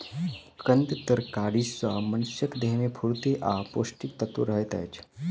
कंद तरकारी सॅ मनुषक देह में स्फूर्ति आ पौष्टिक तत्व रहैत अछि